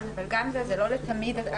גם זה לא לתמיד.